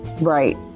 Right